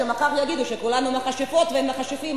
כשמחר כולם יגידו שכולנו מכשפות ומכשפים.